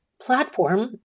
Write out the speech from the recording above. platform